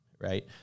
right